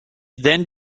then